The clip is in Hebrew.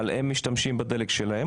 אבל הם משתמשים בדלק שלהם.